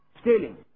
stealing